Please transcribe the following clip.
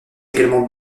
également